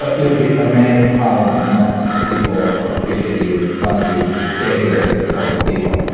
ah you'll be amazed how much people appreciate you once you get here and just talk with people.